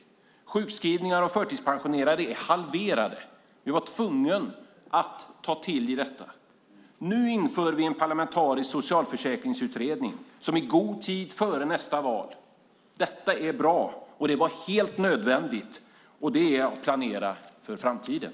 Antalet sjukskrivna och förtidspensionerade är halverat. Vi var tvungna att ta till detta. Nu inför vi en parlamentarisk socialförsäkringsutredning i god tid före nästa val. Detta är bra. Det var helt nödvändigt. Det är att planera för framtiden.